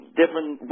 different